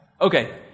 Okay